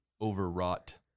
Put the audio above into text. overwrought